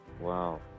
Wow